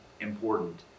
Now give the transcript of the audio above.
important